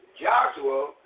Joshua